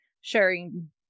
sharing